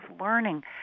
learning